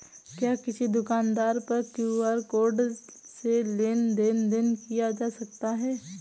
क्या किसी दुकान पर क्यू.आर कोड से लेन देन देन किया जा सकता है?